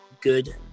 good